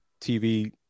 TV